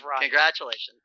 Congratulations